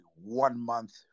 one-month